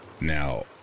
Now